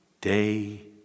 Day